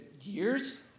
years